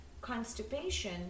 constipation